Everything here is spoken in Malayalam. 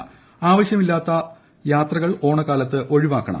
അത്യാവശ്യമില്ലാത്ത യാത്രകൾ ഓണക്കാലത്ത് ഒഴിവാക്കണം